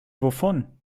wovon